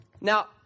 Now